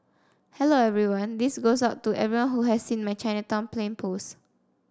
hello everyone this goes out to everyone who has seen my Chinatown plane post